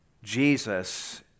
jesus